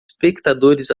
espectadores